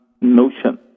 notion